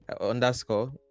underscore